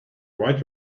white